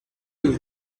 you